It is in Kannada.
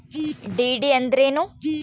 ಡಿ.ಡಿ ಅಂದ್ರೇನು?